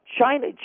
China